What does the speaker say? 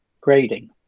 grading